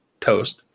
toast